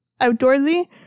outdoorsy